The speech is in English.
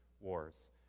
wars